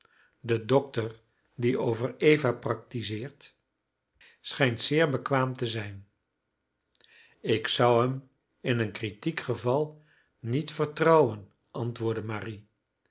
de dokter die over eva praktizeert schijnt zeer bekwaam te zijn ik zou hem in een kritiek geval niet vertrouwen antwoordde marie